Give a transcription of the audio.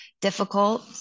difficult